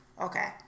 Okay